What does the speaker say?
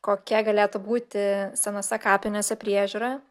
kokia galėtų būti senose kapinėse priežiūra